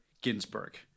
Ginsburg